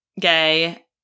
gay